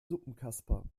suppenkasper